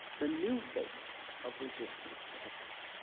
the new face of resistance to equity,